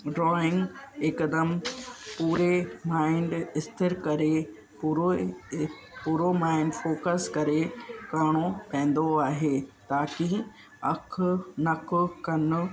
drawing हिकदमि पूरे mind स्थिर करे पूरो पूरो माइंड फोकस करे करिणो पवंदो आहे ताकी अखि नकु कन